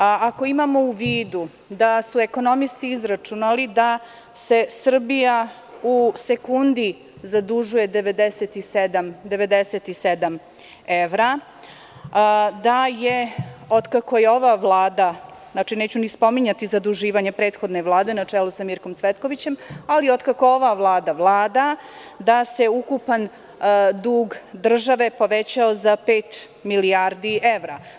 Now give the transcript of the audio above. Ako imamo u vidu da su ekonomisti izračunali da se Srbija u sekundi zadužuje 97 evra, da od kako je ova Vlada, znači, neću ni spominjati zaduživanje prethodne Vlade na čelu sa Mirkom Cvetkovićem, ali od kako ova Vlada vlada da se ukupan dug države povećao za pet milijardi evra.